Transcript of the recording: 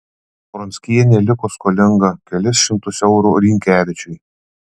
pronckienė liko skolinga kelis šimtus eurų rynkevičiui